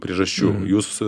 priežasčių jūs